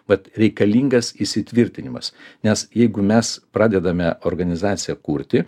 vat reikalingas įsitvirtinimas nes jeigu mes pradedame organizaciją kurti